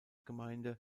gemeinde